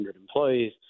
employees